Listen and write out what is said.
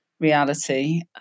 reality